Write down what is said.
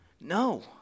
no